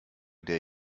der